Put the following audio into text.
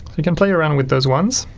you can play around with those ones